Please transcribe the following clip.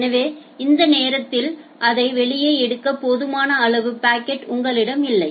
எனவே அந்த நேரத்தில் அதை வெளியே எடுக்க போதுமான அளவு பாக்கெட் உங்களிடம் இல்லை